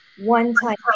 one-time